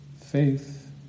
Faith